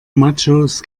machos